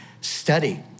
study